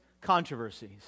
controversies